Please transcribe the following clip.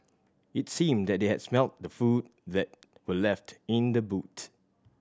it seemed that they had smelt the food that were left in the boot